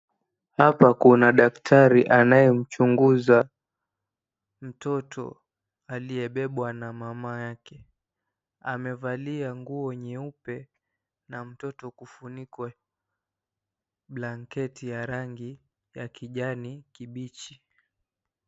Hapa kuna daktari anayemchunguza mtoto aliyebebwa na mama yake. Amevalia nguo nyeupe na mtoto kufunikwa blanketi ya rangi ya kijani kibichi.